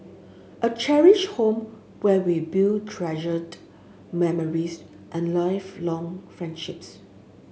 a cherished home where we build treasured memories and lifelong friendships